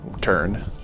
turn